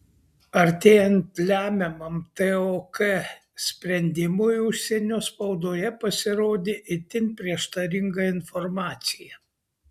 artėjant lemiamam tok sprendimui užsienio spaudoje pasirodė itin prieštaringa informacija